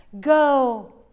go